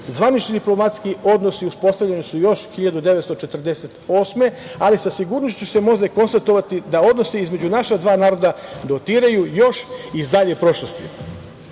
Zvanični diplomatski odnosi uspostavljeni su još 1948. godine, ali sa sigurnošću se može konstatovati da odnosi između naša dva naroda dotiraju još iz dalje prošlosti. Kao